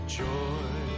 joy